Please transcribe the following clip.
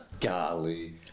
golly